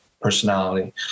personality